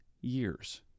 years